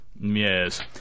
Yes